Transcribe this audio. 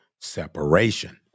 separation